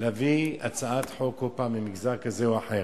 להביא הצעת חוק כל פעם למגזר כזה או אחר.